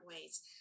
ways